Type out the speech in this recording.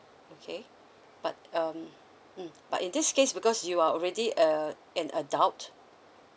okay but um mm but in this case because you are already uh an adult